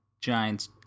Giants